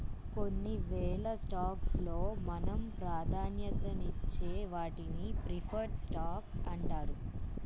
కొన్నివేల స్టాక్స్ లో మనం ప్రాధాన్యతనిచ్చే వాటిని ప్రిఫర్డ్ స్టాక్స్ అంటారు